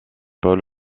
paul